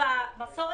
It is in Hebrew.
המאמן